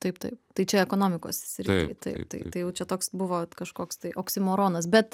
taip taip tai čia ekonomikos srity taip tai jau čia toks buvo kažkoks tai oksimoronas bet